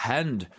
Hand